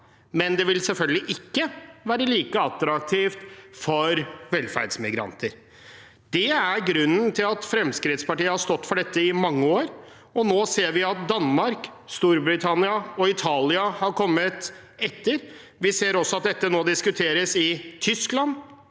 men det vil selvfølgelig ikke være like attraktivt for velferdsmigranter. Det er grunnen til at Fremskrittspartiet har stått for dette i mange år. Nå ser vi at Danmark, Storbritannia og Italia har kommet etter. Vi ser også at dette nå diskuteres i Tyskland,